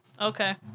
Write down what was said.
Okay